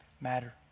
matter